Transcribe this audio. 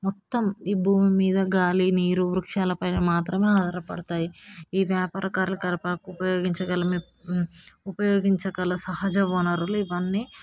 మొత్తం ఈ భూమి మీద గాలి నీరు వృక్షాలపైన మాత్రమే ఆధారపడతాయి ఈ వ్యాపార కార్యకలాపాలకు ఉపయోగించగల ఉపయోగించగల సహజ వనరులు ఇవన్నీ